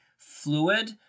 Fluid